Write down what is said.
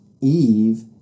Eve